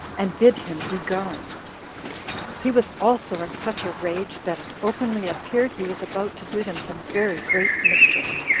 and bid him begone he was also in such a rage, that it openly appeared he was about to do them some very great mischief.